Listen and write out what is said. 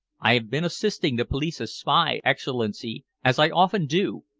i have been assisting the police as spy, excellency, as i often do,